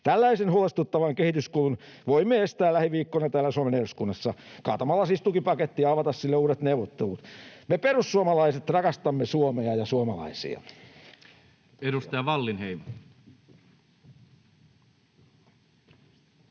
Tällaisen huolestuttavan kehityskulun voimme estää lähiviikkoina täällä Suomen eduskunnassa kaatamalla tukipaketin ja avaamalla sille uudet neuvottelut. Me perussuomalaiset rakastamme Suomea ja suomalaisia. [Speech